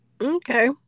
Okay